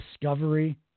Discovery